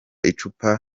icupa